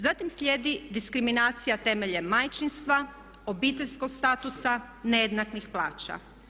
Zatim slijedi diskriminacija temeljem majčinstva, obiteljskog statusa, nejednakih plaća.